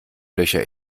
löcher